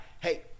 hey